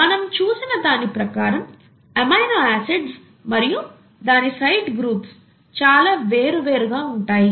మనం చూసిన దాని ప్రకారం ఎమినో ఆసిడ్స్ మరియు దాని సైడ్ గ్రూప్స్ చాలా వేరు వేరు గా ఉంటాయి